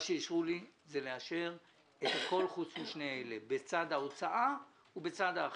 מה שאישרו לי זה לאשר את הכל חוץ משני אלה - בצד הוצאה ובצד ההכנסה.